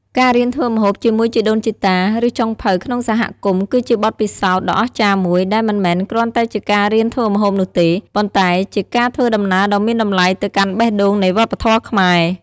ការរៀនធ្វើម្ហូបជាមួយជីដូនជីតា ឬចុងភៅក្នុងសហគមន៍គឺជាបទពិសោធន៍ដ៏អស្ចារ្យមួយ ដែលមិនមែនគ្រាន់តែជាការរៀនធ្វើម្ហូបនោះទេ ប៉ុន្តែជាការធ្វើដំណើរដ៏មានតម្លៃទៅកាន់បេះដូងនៃវប្បធម៌ខ្មែរ។